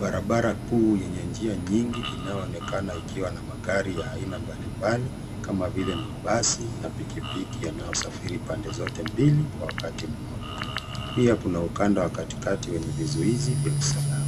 Barabara kuu yenye njia nyingi, inayoonekana ikiwa na magari ya aina mbalimbali, kama vile mabasi na pikipiki, yanayosafiri pande zote mbili kwa wakati mmoja. Pia kuna ukanda wa katikati wenye vizuizi vya usalama.